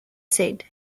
said